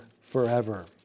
forever